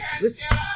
listen